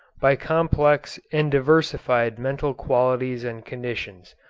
by complex and diversified mental qualities and conditions.